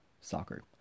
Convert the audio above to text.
soccer